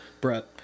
Brett